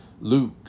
Luke